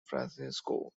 francisco